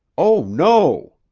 oh, no!